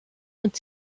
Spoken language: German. und